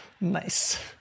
Nice